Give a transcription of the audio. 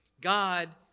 God